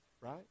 right